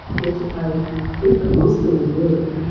which i think are mostly in blue